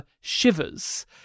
Shivers